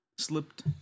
Slipped